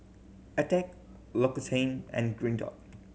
Attack L'Occitane and Green Dot